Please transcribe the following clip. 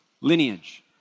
lineage